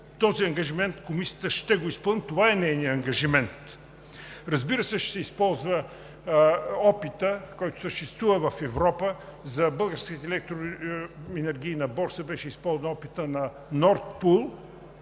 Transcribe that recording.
Този ангажимент Комисията ще го изпълни. Това е нейният ангажимент. Разбира се, ще се използва опитът, който съществува в Европа. За Българската независима енергийна борса беше използван опитът на „Норд пул“